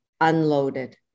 unloaded